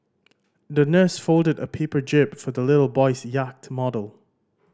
the nurse folded a paper jib for the little boy's yacht model